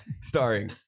starring